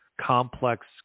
complex